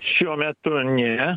šiuo metu ne